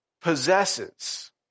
possesses